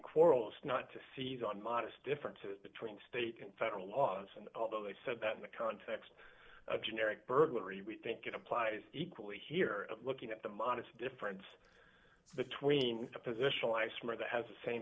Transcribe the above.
quarrels not to seize on modest differences between state and federal laws and although they said that in the context of generic burglary we think it applies equally here looking at the modest difference between positional eisma that has the same